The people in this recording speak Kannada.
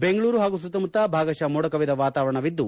ಬೆಂಗಳೂರು ಹಾಗೂ ಸುತ್ತಮುತ್ತ ಭಾಗತಃ ಮೋಡ ಕವಿದ ವಾತಾವರಣವಿದ್ದು